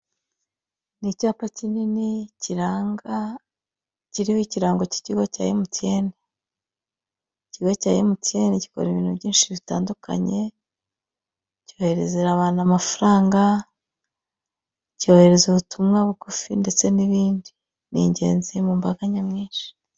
Ni icyapa kinini kiranga, kiriho ikirango cy'ikigo cya MTN. Ikigo cya MTN gikora ibintu byinshi bitandukanye: cyohererera abantu amafaranga, cyohereza ubutumwa bugufi ndetse n'ibindi. Ni ingenzi mu mbaga nyamwinshi.